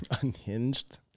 Unhinged